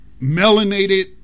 melanated